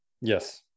Yes